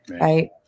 right